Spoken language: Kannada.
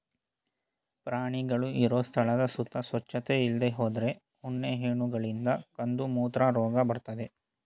ಪ್ರಾಣಿಗಳು ಇರೋ ಸ್ಥಳದ ಸುತ್ತ ಸ್ವಚ್ಚತೆ ಇಲ್ದೇ ಹೋದ್ರೆ ಉಣ್ಣೆ ಹೇನುಗಳಿಂದ ಕಂದುಮೂತ್ರ ರೋಗ ಬರ್ತದೆ